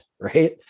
Right